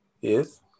Yes